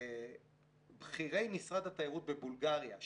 לבכירי משרד התיירות בבולגריה.